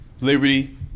Liberty